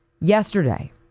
Yesterday